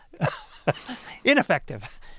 ineffective